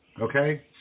Okay